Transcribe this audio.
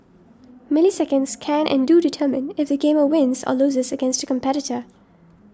milliseconds can and do determine if the gamer wins or loses against a competitor